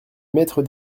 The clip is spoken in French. maître